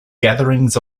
gatherings